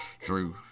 True